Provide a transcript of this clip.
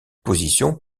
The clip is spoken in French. position